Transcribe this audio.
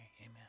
amen